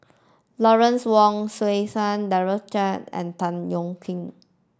Lawrence Wong Shyun and Tan Yeok Nee